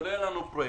ולא יהיה לנו פרויקט.